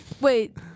Wait